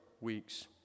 weeks